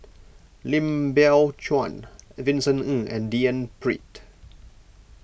Lim Biow Chuan Vincent Ng and D N Pritt